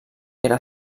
era